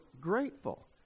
grateful